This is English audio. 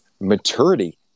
maturity